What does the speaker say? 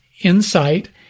insight